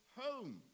home